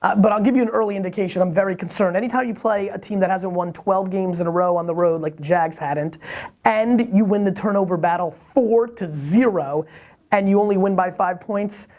but i'll give you an early indication i'm very concerned. any time you play a team that hasn't won twelve games in a row on the road like the jags hadn't and you win the turnover battle four to zero and you only win by five points.